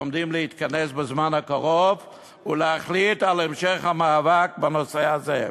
שעומדים להתכנס בזמן הקרוב ולהחליט על המשך המאבק בנושא הזה.